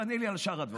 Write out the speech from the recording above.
תענה לי על שאר הדברים,